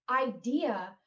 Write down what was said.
idea